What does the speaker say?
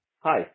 Hi